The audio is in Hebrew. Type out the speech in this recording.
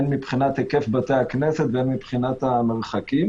הן מבחינת היקף בתי הכנסת והן מבחינת המרחקים,